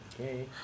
Okay